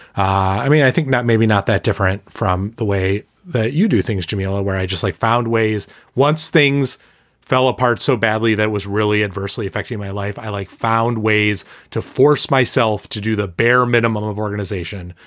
i mean, i think that maybe not that different from the way that you do things, djamila, where i just like found ways once things fell apart so badly, that was really adversely affecting my life. i like, found ways to force myself to do the bare minimum of organization,